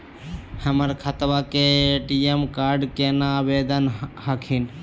हमर खतवा के ए.टी.एम कार्ड केना आवेदन हखिन?